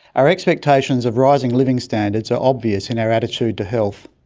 our expectations of rising living standards are obvious in our attitude to health.